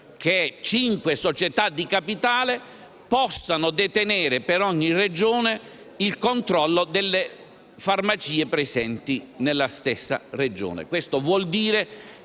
che cinque società di capitale possano detenere, per ogni Regione, il controllo delle farmacie presenti nella stessa Regione. Questo vuol dire